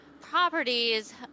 properties